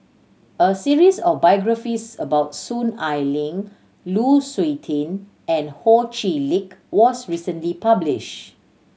a series of biographies about Soon Ai Ling Lu Suitin and Ho Chee Lick was recently published